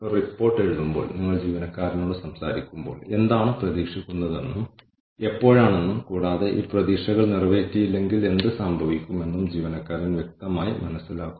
സ്റ്റേക്ക്ഹോൾഡർമാരെക്കുറിച്ച് പറയുമ്പോൾ ഏതെങ്കിലും വിധത്തിൽ ഓർഗനൈസേഷനുമായി ബന്ധപ്പെട്ടിരിക്കുന്ന ഓർഗനൈസേഷനിൽ എന്തെങ്കിലും പങ്കാളിത്തമുള്ള ആളുകളെയാണ് സ്റ്റേക്ക്ഹോൾഡർമാർ എന്ന് പറയുന്നത്